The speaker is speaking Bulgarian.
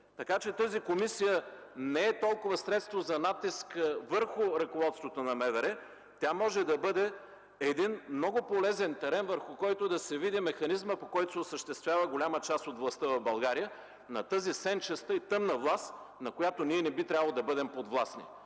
Тази комисия всъщност не е толкова средство за натиск върху ръководството на МВР, а тя може да бъде един много полезен терен, върху който да се види механизмът, по който се осъществява голямата част от властта в България, на тази сенчеста и тъмна власт, на която не би трябвало да бъдем подвластни.